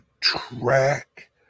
track